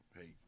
hey